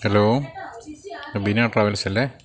hello Abeena ട്രാവൽസല്ലേ